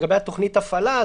לגבי תוכנית הפעלה,